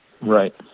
Right